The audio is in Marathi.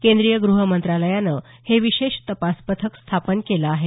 केंद्रीय गृह मंत्रालयानं हे विशेष तपास पथक स्थापन केलं आहे